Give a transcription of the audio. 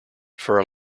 for